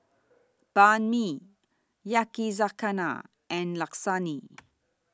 Banh MI Yakizakana and Lasagne